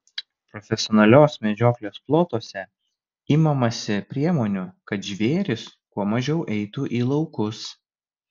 profesionalios medžioklės plotuose imamasi priemonių kad žvėrys kuo mažiau eitų į laukus